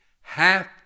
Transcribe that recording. Half